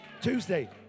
Tuesday